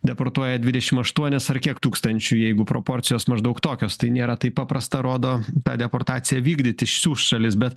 deportuoja dvidešim aštuonis ar kiek tūkstančių jeigu proporcijos maždaug tokios tai nėra taip paprasta rodo tą deportaciją vykdyti sių šalis bet